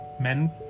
Men